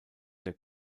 der